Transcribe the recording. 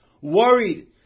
worried